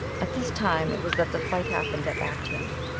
at this time it was that the fight happened at actium,